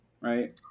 right